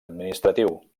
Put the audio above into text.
administratiu